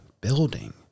building